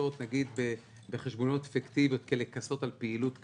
שמשתמשות בחשבונות פיקטיביים כדי לכסות על פעילות כלכלית.